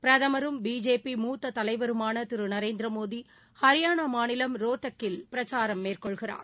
பிரதமரும் பிஜேபி மூத்த தலைவருமான திரு நரேந்திர மோடி ஹரியானா மாநிலம் ரோட்டக்கில் பிரச்சாரம் மேற்கொள்கிறார்